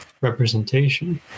representation